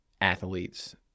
athletes